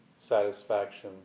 satisfaction